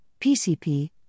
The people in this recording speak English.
PCP